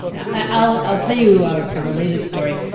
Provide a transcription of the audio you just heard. i'll i'll tell you a related story.